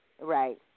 Right